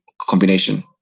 combination